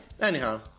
Anyhow